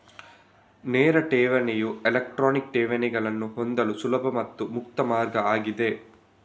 ನೇರ ಠೇವಣಿಯು ಎಲೆಕ್ಟ್ರಾನಿಕ್ ಠೇವಣಿಗಳನ್ನ ಹೊಂದಲು ಸುಲಭ ಮತ್ತೆ ಮುಕ್ತ ಮಾರ್ಗ ಆಗಿದೆ